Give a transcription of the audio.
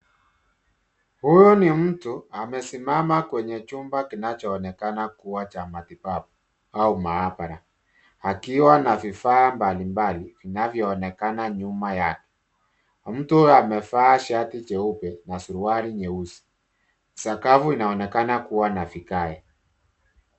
Huu ni mtu amesimama kwenye chumba kinachoonekana kuwa cha matibabu au maabara akiwa na vifaa mbalimbali vinavyoonekana nyuma yake. Mtu amevaa shati jeupe na suruali nyeusi. Sakafu inaonekana kuwa na vigae.